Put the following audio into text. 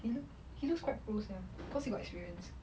he lo~ he looks quite close sia cause he got experience not bad ah